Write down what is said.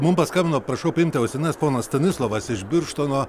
mum paskambino prašau priimti o senas ponas stanislovas iš birštono